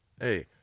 Hey